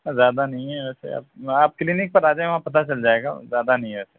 اور زیادہ نہیں ہے ویسے آپ آپ کلینک پر آ جائیں وہاں پتہ چل جائے گا زیادہ نہیں ہے ویسے